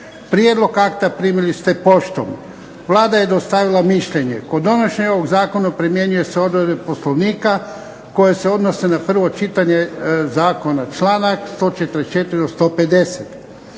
Prijedlog akta primili ste poštom. Vlada je dostavila mišljenje. Kod donošenja ovog Zakona primjenjuju se odredbe Poslovnika koje se odnose na prvo čitanje zakona, članak 144.